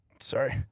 Sorry